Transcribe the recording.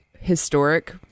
historic